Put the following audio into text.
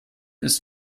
ist